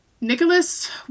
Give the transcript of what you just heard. Nicholas